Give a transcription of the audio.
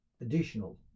additional